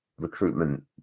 recruitment